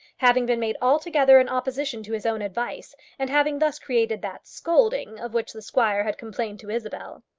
having been made altogether in opposition to his own advice, and having thus created that scolding of which the squire had complained to isabel.